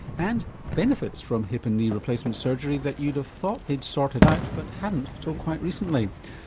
and benefits from hip and knee replacement surgery that you'd have thought they'd sorted out but hadn't until quite recently.